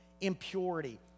impurity